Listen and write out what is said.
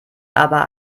aber